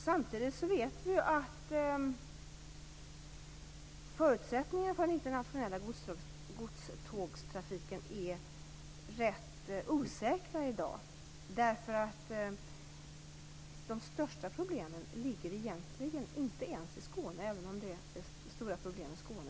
Samtidigt vet vi att förutsättningarna för den internationella godstågstrafiken är rätt osäkra i dag. De största problemen ligger egentligen inte i Skåne - även om det är stora problem i Skåne.